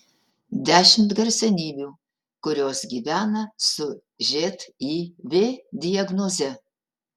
dešimt garsenybių kurios gyvena su živ diagnoze